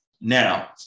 Now